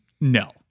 no